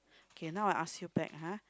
okay now I ask you back ah